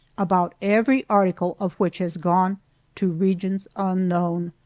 about every article of which has gone to regions unknown.